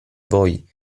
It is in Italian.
voi